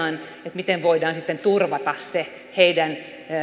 miten voidaan sitten turvata se heidän